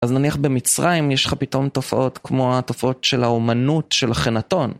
אז נניח במצרים יש לך פתאום תופעות כמו התופעות של האומנות של אחנתון